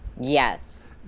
Yes